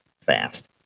fast